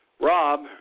Rob